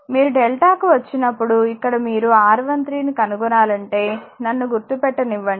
మీరు డెల్టా కు వచ్చినప్పుడు ఇక్కడ మీరు R13 ను కనుగొనాలంటే నన్ను గుర్తుపెట్టనివ్వండి